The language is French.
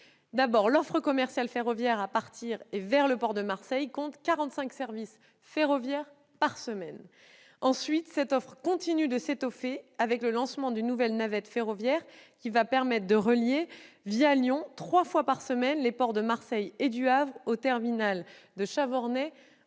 D'abord, l'offre commerciale ferroviaire à partir et vers le port de Marseille Fos compte quarante-cinq services ferroviaires par semaine. Ensuite, cette offre continue de s'étoffer avec le lancement d'une nouvelle navette ferroviaire qui va permettre de relier, Lyon, trois fois par semaine les ports de Marseille Fos et du Havre au terminal de Chavornay